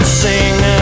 sing